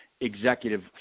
executive